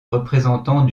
représentant